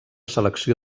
selecció